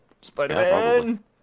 Spider-Man